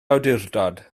awdurdod